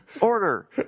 Order